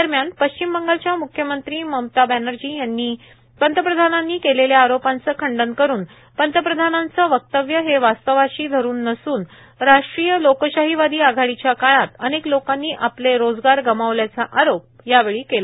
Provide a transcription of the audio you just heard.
दरम्यान पश्चिम बंगालच्या म्ख्यमंत्री ममता बॅनर्जी यांनी पंतप्रधानांनी केलेल्या आरोपांचं खंडन करून पंतप्रधानांचे वक्तव्य हे वास्तव्याशी धरून नसून राष्ट्रीय लोकशाहीवादी आघाडीच्या काळात अनेक लोकांनी आपले रोजगार गमावल्याचा आरोप यावेळी केला